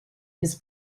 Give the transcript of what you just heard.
his